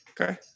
Okay